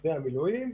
גדודי המילואים.